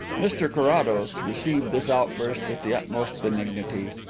mr carrados received this outburst with the utmost benignity.